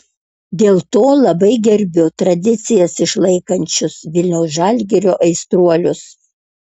dėl to labai gerbiu tradicijas išlaikančius vilniaus žalgirio aistruolius